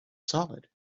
solid